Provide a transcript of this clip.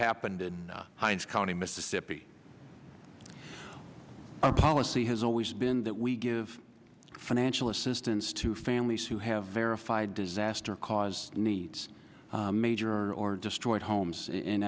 happened and hinds county mississippi a policy has always been that we give financial assistance to families who have verified disaster caused needs major or destroyed homes in